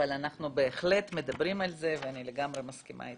אבל אנחנו בהחלט מדברים על זה ואני לגמרי מסכימה איתך.